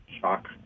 Shock